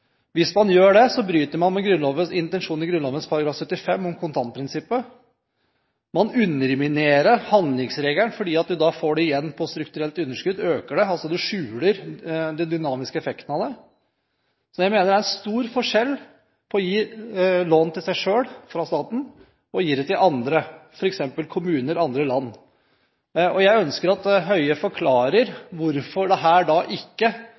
Hvis man gjør det, bryter man med intensjonen i Grunnloven § 75 om kontantprinsippet. Man underminerer handlingsregelen fordi man da får det igjen på strukturelt underskudd, øker det, man skjuler altså den dynamiske effekten av det. Jeg mener det er en stor forskjell på å gi lån til seg selv fra staten og å gi lån til andre, f.eks. kommuner og andre land. Jeg ønsker at Høie forklarer hvorfor denne måten å gjøre det på ikke